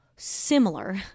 similar